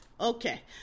Okay